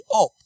up